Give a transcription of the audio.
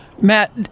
Matt